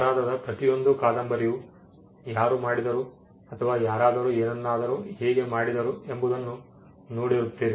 ಅಪರಾಧದ ಪ್ರತಿಯೊಂದು ಕಾದಂಬರಿಯೂ ಯಾರು ಮಾಡಿದರು ಅಥವಾ ಯಾರಾದರೂ ಏನನ್ನಾದರೂ ಹೇಗೆ ಮಾಡಿದರು ಎಂಬುದನ್ನು ನೋಡಿರುತ್ತೀರಿ